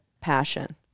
passion